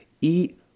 eat